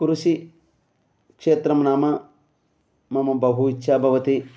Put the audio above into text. कृषिक्षेत्रं नाम मम बहु इच्छा भवति